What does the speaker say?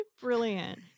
Brilliant